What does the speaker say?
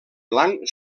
blanc